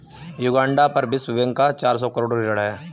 Uganda पर विश्व bank का चार सौ करोड़ ऋण है